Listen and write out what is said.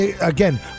again